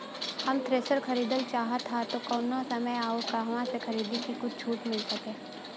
हम थ्रेसर खरीदल चाहत हइं त कवने समय अउर कहवा से खरीदी की कुछ छूट मिल सके?